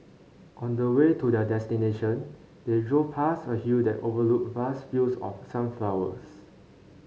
on the way to their destination they drove past a hill that overlooked vast fields of sunflowers